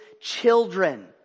children